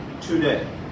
today